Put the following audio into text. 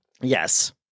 yes